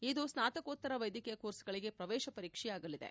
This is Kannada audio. ಇದು ಸ್ನಾತಕೋತ್ತರ ವೈದ್ಯಕೀಯ ಕೋರ್ಸ್ಗಳಿಗೆ ಪ್ರವೇಶ ಪರೀಕ್ಷೆಯಾಗಲಿದೆ